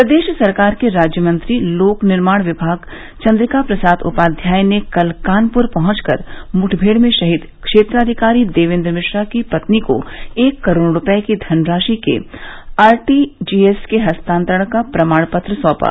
प्रदेश सरकार के राज्य मंत्री लोक निर्माण विभाग चन्द्रिका प्रसाद उपाध्याय ने कल कानपुर पहुंचकर मुठभेड़ में शहीद क्षेत्राधिकारी देवेन्द्र मिश्रा की पत्नी को एक करोड़ रूपये की धनराशि के आरटीजीएस के हस्तान्तरण का प्रमाण पत्र सौंपा